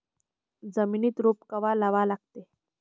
जमिनीत रोप कवा लागा लागते?